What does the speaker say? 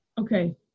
Okay